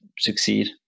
succeed